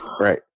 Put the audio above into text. Right